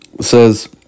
says